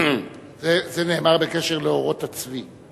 זה נאמר בקשר לעורות הצבי.